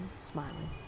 smiling